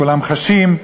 כולם חשים.